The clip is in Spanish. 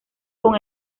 con